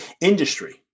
industry